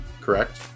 correct